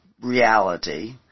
reality